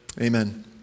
Amen